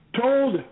told